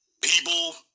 people